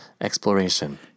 exploration